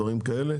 דברים כאלה,